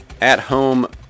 at-home